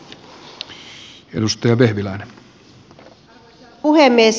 arvoisa puhemies